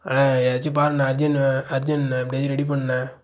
அண்ண ஏதாச்சும் பாருண்ண அர்ஜென்ட்ண்ண அர்ஜென்ட்ண்ண எப்படியாது ரெடி பண்ணுண்ண